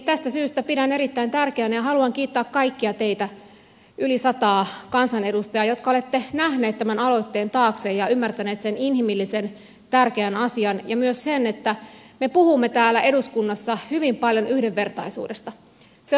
tästä syystä pidän asiaa erittäin tärkeänä ja haluan kiittää kaikkia teitä yli sataa kansanedustajaa jotka olette nähneet tämän aloitteen taakse ja ymmärtäneet sen inhimillisen tärkeän asian ja myös sen että me puhumme täällä eduskunnassa hyvin paljon yhdenvertaisuudesta se on oikeastaan päivän sana